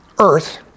earth